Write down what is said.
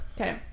Okay